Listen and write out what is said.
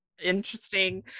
interesting